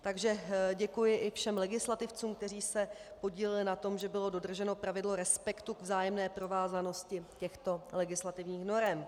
Takže děkuji i všem legislativcům, kteří se podíleli na tom, že bylo dodrženo pravidlo respektu k vzájemné provázanosti těchto legislativních norem.